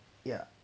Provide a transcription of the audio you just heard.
ya